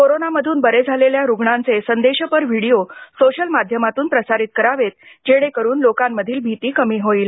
कोरोनामधून बरे झालेल्या रुग्णांचे संदेशपर व्हिडीओ सोशल माध्यमातून प्रसारित करावेत जेणेकरून लोकांमधील भीती कमी होईल